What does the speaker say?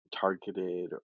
targeted